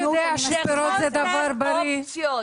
זה חוסר אופציות.